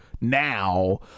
now